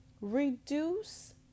reduce